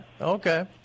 Okay